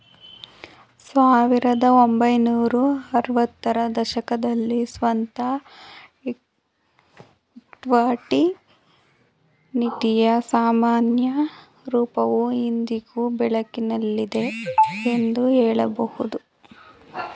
ಸಾವಿರದ ಒಂಬೈನೂರ ಆರವತ್ತ ರ ದಶಕದಲ್ಲಿ ಸ್ವಂತ ಇಕ್ವಿಟಿ ನಿಧಿಯ ಸಾಮಾನ್ಯ ರೂಪವು ಇಂದಿಗೂ ಬಳಕೆಯಲ್ಲಿದೆ ಎಂದು ಹೇಳಬಹುದು